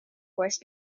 horse